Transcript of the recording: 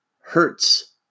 hurts